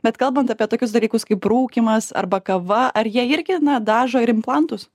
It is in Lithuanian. bet kalbant apie tokius dalykus kaip rūkymas arba kava ar jie irgi na dažo ir implantus